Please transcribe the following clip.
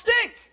stink